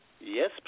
Yes